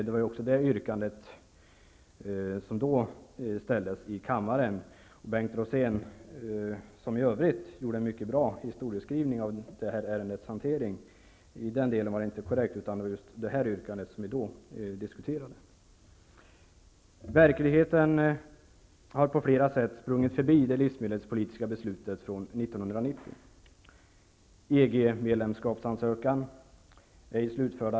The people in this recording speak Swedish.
Det var det yrkandet som då ställdes i kammaren. Bengt Rosén, som i övrigt gjorde en mycket bra historieskrivning av det här ärendets hantering, hade inte rätt i just den delen, utan det var som sagt det här yrkandet som då diskuterades. Verkligheten har på flera sätt sprungit förbi det livsmedelspolitiska beslutet från år 1990.